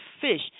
fish